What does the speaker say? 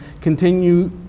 Continue